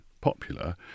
popular